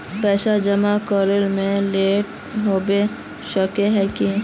पैसा जमा करे में लेट होबे सके है की?